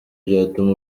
byatuma